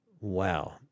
Wow